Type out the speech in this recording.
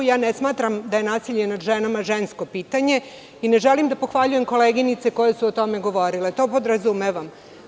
Ne smatram da je nasilje nad ženama žensko pitanje i ne želim da pohvaljujem koleginice koje su o tome govorile, to podrazumevam.